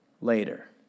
later